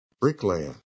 Bricklayer